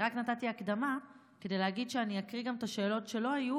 אני רק נתתי הקדמה כדי להגיד שאני אקריא גם את השאלות שלא היו,